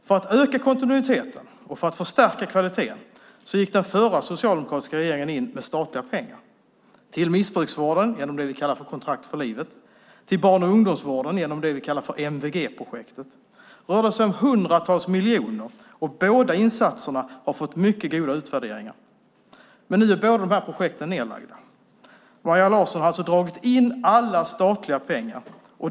För att öka kontinuiteten och för att förstärka kvaliteten gick den förra, socialdemokratiska regeringen in med statliga pengar, till missbrukarvården genom det vi kallar Kontrakt för livet och till barn och ungdomsvården genom det vi kallar för MVG-projektet. Det rörde sig om hundratals miljoner. Båda insatserna har fått mycket goda utvärderingar. Men nu är båda projekten nedlagda. Maria Larsson har dragit in alla statliga pengar.